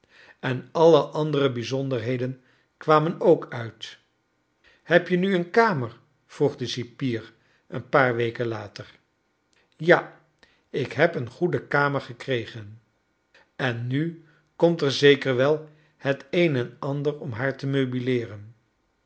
en alle andere bijzonderheden kwamen ook uit heb je nu een kamer vroeg de cipier een paar weken later ja ik heb een goede kamer gekregen en nu komt er zeker wel het een en a nder om haar te meubileeren